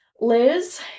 Liz